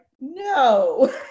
no